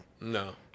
No